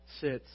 sits